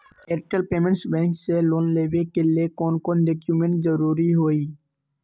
Airtel payments bank से लोन लेवे के ले कौन कौन डॉक्यूमेंट जरुरी होइ?